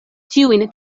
ĉiujn